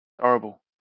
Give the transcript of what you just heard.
Horrible